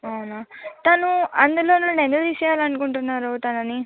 అవునా తను అందులో నుండి ఎందుకు తీసేయాలి అనుకుంటున్నారు తనని